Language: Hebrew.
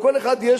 לכל אחד יש